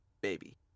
Baby